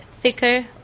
thicker